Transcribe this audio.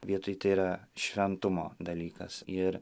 vietoj tai yra šventumo dalykas ir